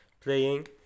playing